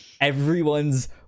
everyone's